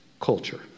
culture